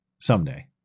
someday